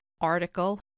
article